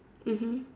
mmhmm